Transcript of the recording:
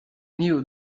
knew